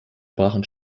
brachen